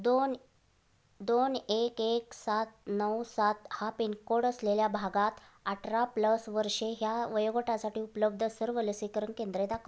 दोन दोन एक एक सात नऊ सात हा पिन कोड असलेल्या भागात अठरा प्लस वर्षे ह्या वयोगटासाठी उपलब्ध सर्व लसीकरण केंद्रे दाखव